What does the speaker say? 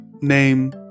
name